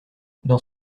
dans